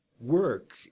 work